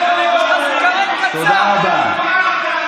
תודה רבה.